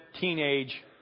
teenage